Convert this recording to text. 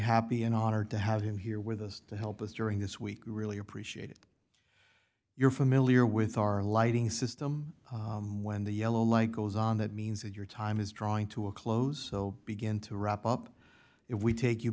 happy and honored to have him here with us to help us during this week really appreciate it you're familiar with our lighting system when the yellow light goes on that means that your time is drawing to a close so begin to wrap up if we take you